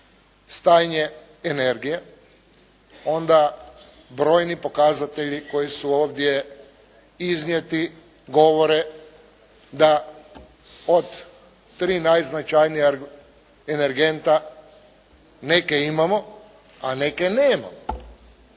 stanje energije onda brojni pokazatelji koji su ovdje iznijeti govore da od tri najznačajnija energenta, neke imamo a neke nemamo.